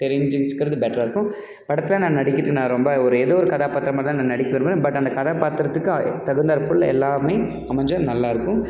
தெரிஞ்சிச்சிக்கறது பெட்டரா இருக்கும் படத்தில் நான் நடிக்கிறதுக்கு நான் ரொம்ப ஒரு ஏதோ ஒரு கதாபாத்திரமாக தான் நான் நடிக்க விரும்புகிறேன் பட் அந்த கதாபாத்திரத்துக்கு தகுந்தாற் போல எல்லாமே அமைஞ்சால் நல்லாயிருக்கும்